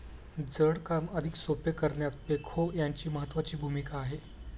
जड काम अधिक सोपे करण्यात बेक्हो यांची महत्त्वाची भूमिका आहे